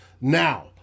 Now